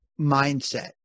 mindset